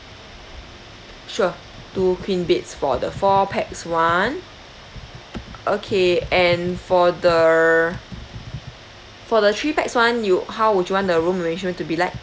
sure two queen beds for the four pax [one] okay and for the for the three pax [one] you how would you want the room arrangement to be like